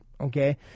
okay